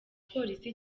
polisi